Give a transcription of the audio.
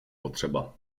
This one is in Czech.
potřeba